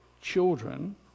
children